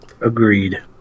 Agreed